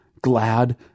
glad